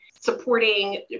supporting